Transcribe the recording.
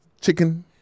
chicken